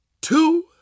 two